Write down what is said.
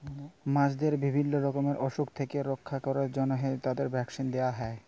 মাছদের বিভিল্য রকমের অসুখ থেক্যে রক্ষা ক্যরার জন্হে তাদের ভ্যাকসিল দেয়া হ্যয়ে